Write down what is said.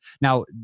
Now